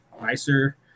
nicer